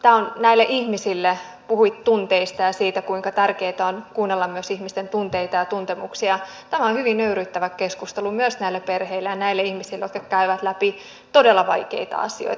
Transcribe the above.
tämä on puhuit tunteista ja siitä kuinka tärkeätä on kuunnella myös ihmisten tunteita ja tuntemuksia hyvin nöyryyttävä keskustelu myös näille perheille ja näille ihmisille jotka käyvät läpi todella vaikeita asioita